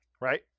right